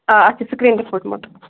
آ اَتھ چھِ سِکریٖن تہِ پھُٹمُت